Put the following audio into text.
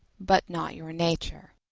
but not your nature.